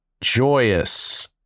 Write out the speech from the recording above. joyous